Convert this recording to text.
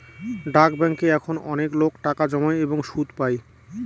ডাক ব্যাঙ্কে এখন অনেকলোক টাকা জমায় এবং সুদ পাই